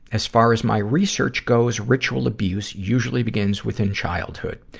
as far as my research goes, ritual abuse usually begins within childhood.